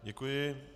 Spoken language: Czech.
Děkuji.